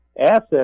assets